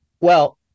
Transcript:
Well-